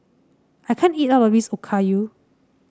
I can't eat all of this Okayu